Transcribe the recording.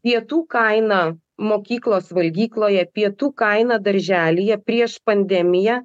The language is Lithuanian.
pietų kaina mokyklos valgykloje pietų kaina darželyje prieš pandemiją